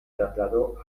trasladó